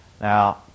Now